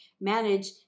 manage